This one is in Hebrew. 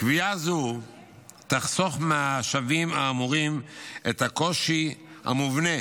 קביעה זו תחסוך מהשבים האמורים את הקושי המובנה